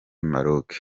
maroc